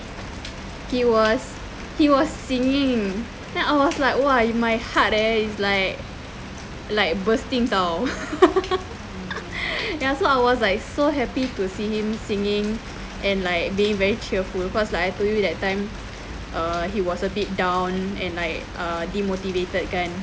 he was he was singing then I was like !wah! in my heart eh is like like bursting [tau] ya so I was so happy to see him singing and like being very cheerful cause like I told you that time err he was a bit down and like err demotivated kan